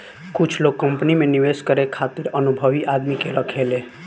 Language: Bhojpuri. कुछ लोग कंपनी में निवेश करे खातिर अनुभवी आदमी के राखेले